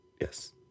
Yes